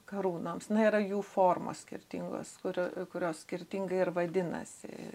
karūnoms nėra jų formos skirtingos kur kurios skirtingai ir vadinasi